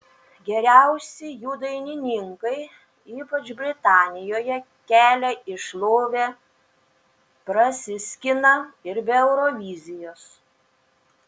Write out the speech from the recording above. geriausi jų dainininkai ypač britanijoje kelią į šlovę prasiskina ir be eurovizijos